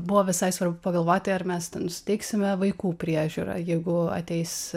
buvo visai svarbu pagalvoti ar mes suteiksime vaikų priežiūrą jeigu ateis